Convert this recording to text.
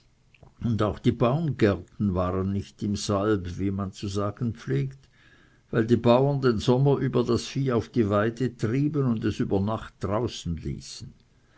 und auch die baumgärten waren nicht im salb wie man zu sagen pflegt weil die bauern den sommer über das vieh auf die weide trieben und über nacht es draußen ließen